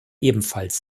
ebenfalls